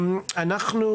אלון,